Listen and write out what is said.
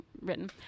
written